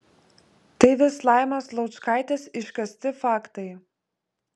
tai vis laimos laučkaitės iškasti faktai